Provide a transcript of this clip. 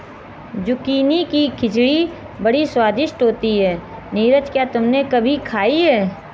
Zucchini की खिचड़ी बड़ी स्वादिष्ट होती है नीरज क्या तुमने कभी खाई है?